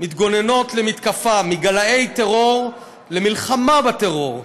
מתגוננות למתקפה, מגלאי טרור, למלחמה בטרור.